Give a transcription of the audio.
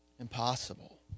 impossible